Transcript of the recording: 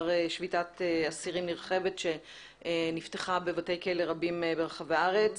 שביתת אסירים נרחבת שנפתחה בבתי כלא רבים ברחבי הארץ.